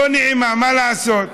לא נעימה, מה לעשות,